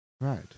Right